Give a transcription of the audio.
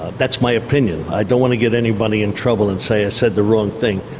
that's my opinion. i don't want to get anybody in trouble and say i said the wrong thing,